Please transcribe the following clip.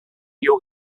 york